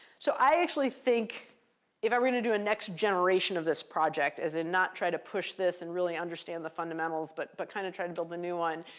so i actually think if i were going to do a next generation of this project, as in not try to push this and really understand the fundamentals, but but kind of try to and build a new one,